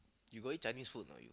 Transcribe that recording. you got eat Chinese food right